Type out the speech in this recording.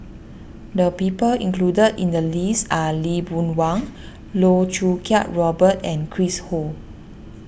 the people included in the list are Lee Boon Wang Loh Choo Kiat Robert and Chris Ho